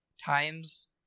times